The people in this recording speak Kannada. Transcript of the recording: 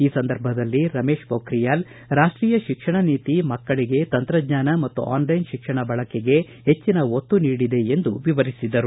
ಈ ಸಂದರ್ಭದಲ್ಲಿ ರಮೇಶ್ ಮೊಖ್ರೀಯಾಲ್ ರಾಷ್ಟೀಯ ಶಿಕ್ಷಣ ನೀತಿ ಮಕ್ಕಳಿಗೆ ತಂತ್ರಜ್ಞಾನ ಮತ್ತು ಆನ್ಲೈನ್ ಶಿಕ್ಷಣ ಬಳಕೆಗೆ ಹೆಚ್ಚಿನ ಒತ್ತು ನೀಡಿದೆ ಎಂದು ವಿವರಿಸಿದರು